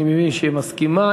אני מבין שהיא מסכימה.